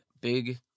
big